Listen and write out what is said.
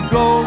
go